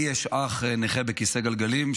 לי יש אח נכה בכיסא גלגלים,